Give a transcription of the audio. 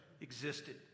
existed